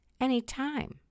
anytime